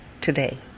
today